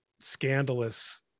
scandalous